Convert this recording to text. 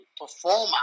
performer